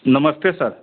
नमस्ते सर